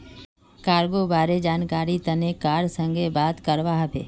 cargo बारे जानकरीर तने कार संगे बात करवा हबे